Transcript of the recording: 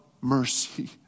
mercy